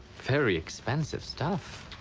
very expensive stuff.